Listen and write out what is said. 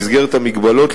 במסגרת המגבלות,